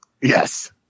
Yes